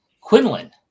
Quinlan